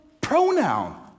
pronoun